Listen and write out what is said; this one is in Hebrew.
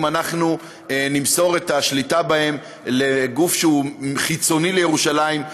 אם אנחנו נמסור את השליטה בהם לגוף שהוא חיצוני לירושלים,